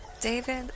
David